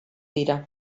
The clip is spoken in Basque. dira